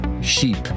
sheep